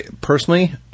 personally